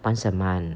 once a month